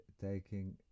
taking